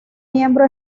miembro